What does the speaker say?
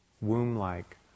womb-like